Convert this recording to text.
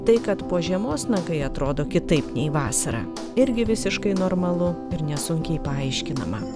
tai kad po žiemos nagai atrodo kitaip nei vasarą irgi visiškai normalu ir nesunkiai paaiškinama